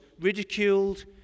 ridiculed